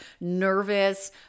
nervous